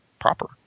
proper